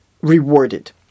rewarded